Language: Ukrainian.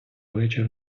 вечір